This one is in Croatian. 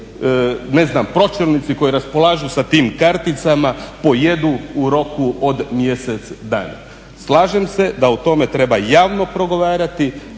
ne znam pročelnici koji raspolažu sa tim karticama pojedu u roku od mjesec dana. Slažem se da o tome treba javno progovarati